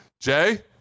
Jay